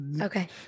Okay